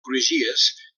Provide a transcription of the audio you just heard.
crugies